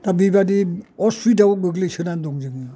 दा बिबादि असुबिदायाव गोग्लैनाय दं जोङो